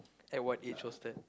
at what age was that